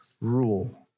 rule